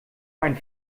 ein